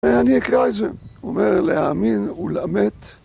אני אקרא את זה, אומר להאמין ולמת.